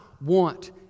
want